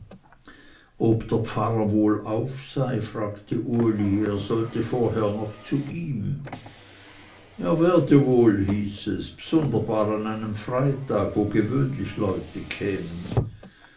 ob der pfarrer wohl auf sei fragte uli er sollte vorher noch zu ihm er werde wohl hieß es bsunderbar an einem freitag wo gewöhnlich leute kämen